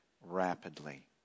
rapidly